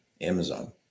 Amazon